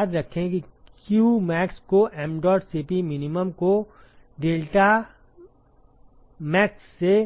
याद रखें कि qmax को mdot Cp min को deltaTmax से